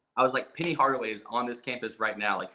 i was like, penny hardway is on this campus right now,